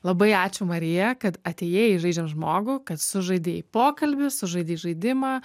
labai ačiū marija kad atėjai į žaidžiam žmogų kad sužaidei pokalbį sužaidei žaidimą